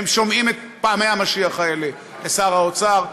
הם שומעים את פעמי המשיח האלה: לשר האוצר,